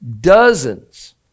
dozens